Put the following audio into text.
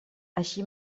així